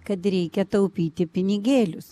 kad reikia taupyti pinigėlius